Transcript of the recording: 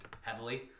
heavily